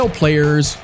players